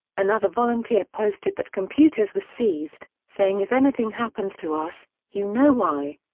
another volunteer posted that computers were seized, saying if anything happens to us, you know why.